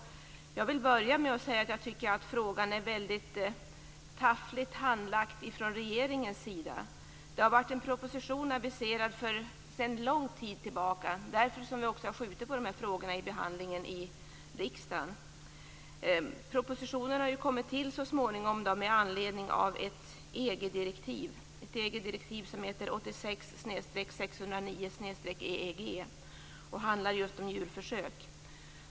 Jag vill börja med att säga att jag tycker att frågan är väldigt taffligt handlagd från regeringens sida. En proposition har varit aviserad sedan lång tid tillbaka, och det är därför som vi har skjutit på behandlingen av de här frågorna i riksdagen. Propositionen har kommit till, så småningom, med anledning av ett EG direktiv som heter 86 EEG och som handlar just om djurförsök.